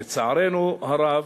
לצערנו הרב,